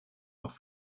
noch